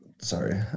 Sorry